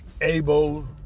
able